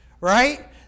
right